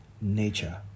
nature